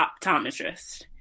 optometrist